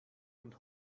und